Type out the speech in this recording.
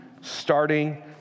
starting